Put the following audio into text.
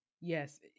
Yes